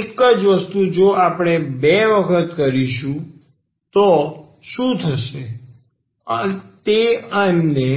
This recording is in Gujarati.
એક જ વસ્તુ જો આપણે આ બે વખત કરીએ તો શું થશે તે અમને